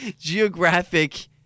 geographic